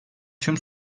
tüm